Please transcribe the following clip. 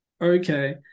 okay